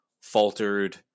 faltered